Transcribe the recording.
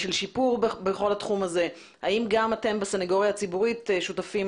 של שיפור בכל התחום הזה ואני שואלת האם גם אתם בסנגוריה הציבורית שותפים